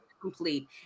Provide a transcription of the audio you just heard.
complete